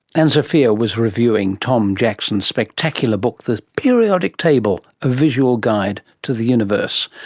and zofia was reviewing tom jackson's spectacular book the periodic table a visual guide to the universe.